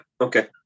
okay